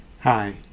Hi